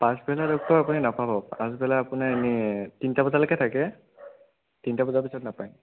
পাছবেলা ডক্টৰ আপুনি নাপাব পাছবেলা আপোনাৰ এনেই তিনিটা বজালৈকে থাকে তিনিটা বজাৰ পিছত নাপায়